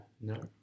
no